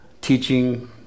teaching